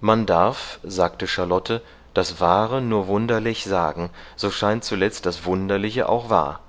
man darf sagte charlotte das wahre nur wunderlich sagen so scheint zuletzt das wunderliche auch wahr